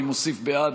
אני מוסיף בעד,